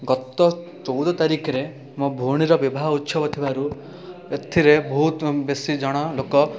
ଗତ ଚଉଦ ତାରିଖରେ ମୋ ଭଉଣୀର ବିବାହ ଉତ୍ସବ ଥିବାରୁ ଏଥିରେ ବହୁତ ବେଶୀ ଜଣ ଲୋକ